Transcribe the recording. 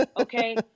Okay